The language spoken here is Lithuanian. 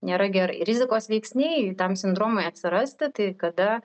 nėra gerai rizikos veiksniai tam sindromui atsirasti tai kada